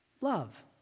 love